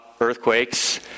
earthquakes